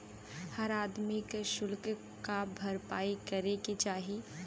हर आदमी के सुल्क क भरपाई करे के चाही